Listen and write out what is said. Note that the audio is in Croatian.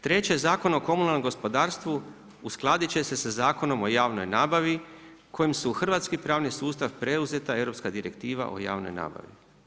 Treće, Zakon o komunalnom gospodarstvu uskladit će se sa Zakonom o javnoj nabavi kojim su u hrvatski pravni sustav preuzeta Europska direktiva o javnoj nabavi.